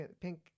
pink